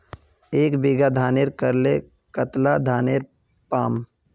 एक बीघा धानेर करले कतला धानेर पाम?